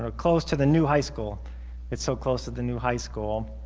ah close to the new high school it's so close to the new high school